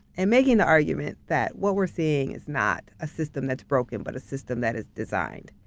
and making the argument that, what we're seeing is not a system that's broken, but a system that is designed.